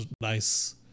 nice